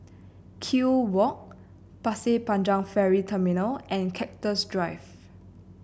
Kew Walk Pasir Panjang Ferry Terminal and Cactus Drive